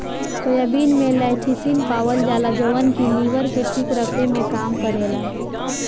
soybean में lecithin पावल जाला जवन की लीवर के ठीक रखे में काम करेला